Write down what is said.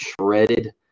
shredded